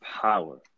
power